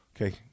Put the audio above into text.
Okay